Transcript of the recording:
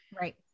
right